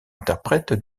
interprète